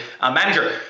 manager